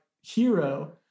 hero